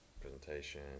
presentation